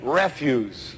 refuse